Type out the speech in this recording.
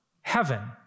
heaven